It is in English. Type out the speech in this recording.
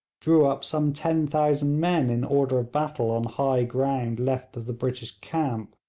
drew up some ten thousand men in order of battle on high ground left of the british camp.